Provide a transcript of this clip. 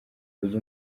uyu